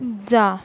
जा